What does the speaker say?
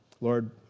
Lord